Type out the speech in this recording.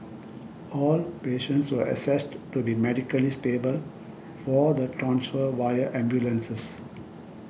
all patients were assessed to be medically stable for the transfer via ambulances